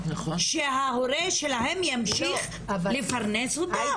שההורה שלהם ימשיך לפרנס אותם.